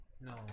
No